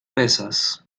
pesas